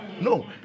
No